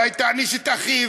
אולי תעניש את אחיו?